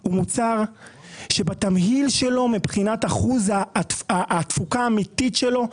הוא מוצר שבתמהיל שלו מבחינת אחוז התפוקה האמיתית שלו,